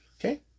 Okay